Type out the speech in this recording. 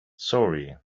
sorry